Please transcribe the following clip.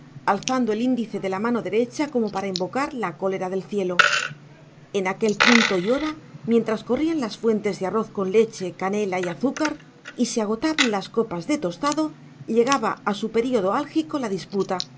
alzando el índice de la mano derecha como para invocar la cólera del cielo en aquel punto y hora mientras corrían las fuentes de arroz con leche canela y azúcar y se agotaban las copas de tostado llegaba a su periodo álgido la disputa